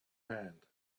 hand